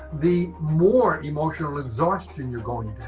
the more emotional exhaustion you're going